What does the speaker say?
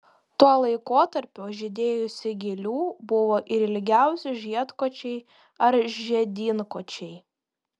tuo laikotarpiu žydėjusių gėlių buvo ir ilgiausi žiedkočiai ar žiedynkočiai